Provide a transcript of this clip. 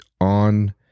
on